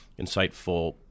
insightful